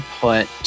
put